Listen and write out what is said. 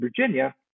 Virginia